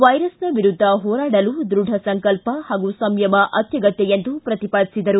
ವೈರಸ್ನ ವಿರುದ್ದ ಹೋರಾಡಲು ದೃಢ ಸಂಕಲ್ಪ ಹಾಗೂ ಸಂಯಮ ಅತ್ಯಗತ್ತ ಎಂದು ಪ್ರತಿಪಾದಿಸಿದರು